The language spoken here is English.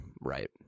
Right